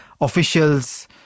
officials